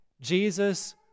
Jesus